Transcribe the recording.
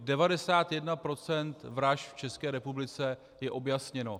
Devadesát jedna procent vražd v České republice je objasněno.